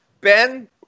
Ben